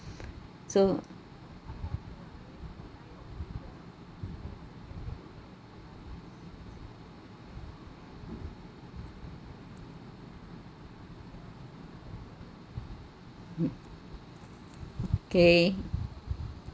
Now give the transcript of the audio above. so mm K